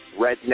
Redneck